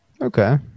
Okay